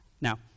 Now